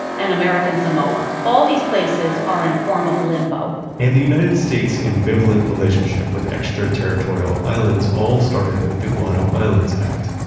and american samoa. all these places are in a form of limbo and the united states ambivalent relationship with extra territorial islands all started with the guano islands act,